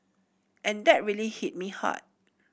and that really hit me hard